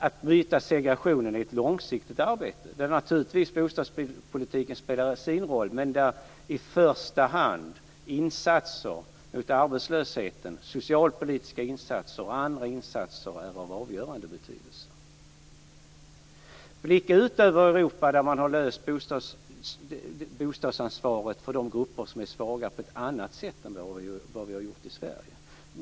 Att bryta segregationen är ett långsiktigt arbete där naturligtvis bostadspolitiken spelar sin roll. Men i första hand är det insatser mot arbetslösheten, socialpolitiska insatser och andra insatser som är av avgörande betydelse. Blicka ut över Europa där man har löst bostadsansvaret för de grupper som är svaga på ett annat sätt än vi har gjort i Sverige!